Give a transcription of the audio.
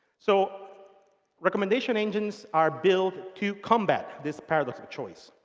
so recommendation engines are built to come back this paradox of choice.